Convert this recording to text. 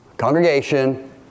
congregation